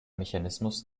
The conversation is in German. mechanismus